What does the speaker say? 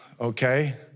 okay